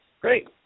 Great